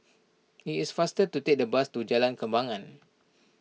it is faster to take the bus to Jalan Kembangan